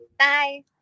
Bye